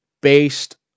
based